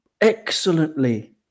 excellently